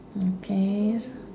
okay